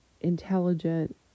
intelligent